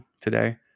today